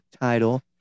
title